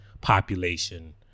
population